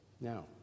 Now